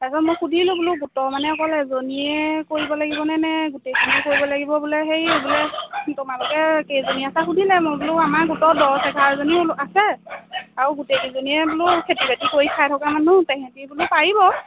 তাৰপিছত মই সুধিলোঁ বোলো গোটৰ মানে অকল এজনীয়ে কৰিব লাগিবনে নে গোটেইখিনি কৰিব লাগিব বোলে সেই বোলে তোমালোকে কেইজনী আছা সুধিলে মই বোলো আমাৰ গোটৰ দহ এঘাৰজনী বোলো আছে আৰু গোটেইকেইজনীয়ে বোলো খেতি বাতি কৰি খাই থকা মানুহ তেহেঁতি বোলে পাৰিব